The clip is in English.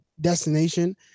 destination